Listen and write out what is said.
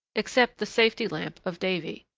except the safety lamp of davy.